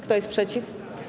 Kto jest przeciw?